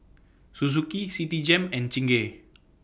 Suzuki Citigem and Chingay